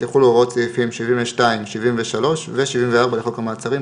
יחולו הוראות סעיפים 72 עד 74 לחוק המעצרים,